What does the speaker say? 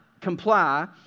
comply